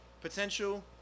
potential